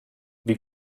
wie